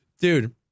Dude